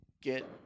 Get